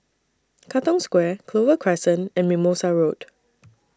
Katong Square Clover Crescent and Mimosa Road